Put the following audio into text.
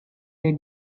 they